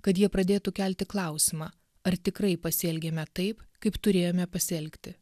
kad jie pradėtų kelti klausimą ar tikrai pasielgėme taip kaip turėjome pasielgti